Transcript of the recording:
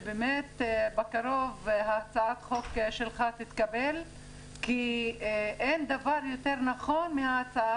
שבאמת בקרוב הצעת החוק שלך תתקבל כי אין דבר יותר נכון מההצעה